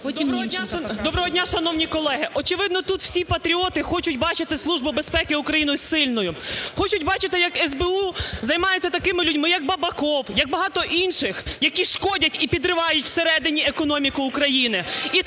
Доброго дня, шановні колеги! Очевидно, тут всі патріоти хочуть бачити Службу безпеки України сильною. Хочуть бачити як СБУ займається такими людьми, як Бабаков, як багато інших, які шкодять і підривають всередині економіку України.